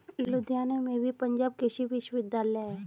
लुधियाना में भी पंजाब कृषि विश्वविद्यालय है